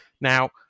now